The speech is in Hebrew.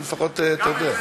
הוא לפחות, אתה יודע.